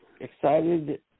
excited